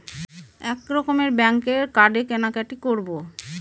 এক রকমের ব্যাঙ্কের কার্ডে কেনাকাটি করব